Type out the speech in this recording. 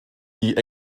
die